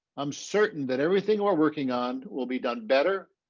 i'm certain that everything we're working on will be done better,